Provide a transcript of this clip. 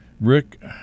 Rick